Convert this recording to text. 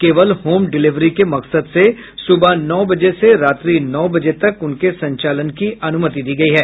केवल home delivery के मकसद से सुबह नौ बजे से रात्रि नौ बजे तक उनके संचालन की अनुमति दी गयी है